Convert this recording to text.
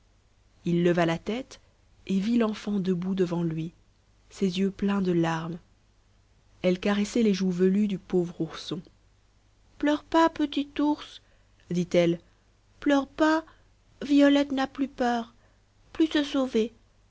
il leva la tête et vit l'enfant debout devant lui ses yeux pleins de larmes elle caressait les joues velues du pauvre ourson pleure pas petit ours dit-elle pleure pas violette n'a plus peur plus se sauver